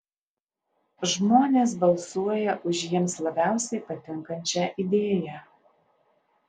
žmonės balsuoja už jiems labiausiai patinkančią idėją